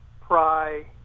pry